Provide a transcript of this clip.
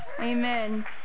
Amen